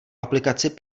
aplikaci